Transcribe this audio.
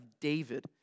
David